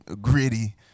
gritty